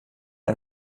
ein